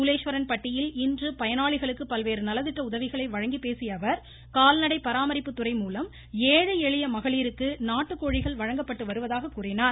சூளேஸ்வரன் பட்டியில் இன்று பயனாளிகளுக்கு பல்வேறு நலத்திட்ட உதவிகளை வழங்கி பேசிய அவர் கால்நடை பராமரிப்புத்துறை மூலம் ஏழை எளிய மகளிருக்கு நாட்டுக்கோழிகள் வழங்கப்பட்டு வருவதாக கூறினார்